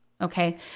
Okay